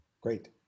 Great